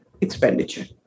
expenditure